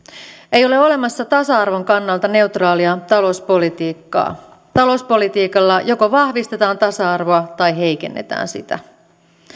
ei ole olemassa tasa arvon kannalta neutraalia talouspolitiikkaa talouspolitiikalla joko vahvistetaan tasa arvoa tai heikennetään sitä